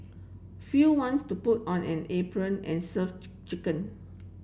few wants to put on an apron and serve chicken